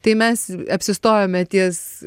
tai mes apsistojome ties